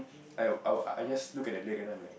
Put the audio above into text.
I will I just look at leg and I'm like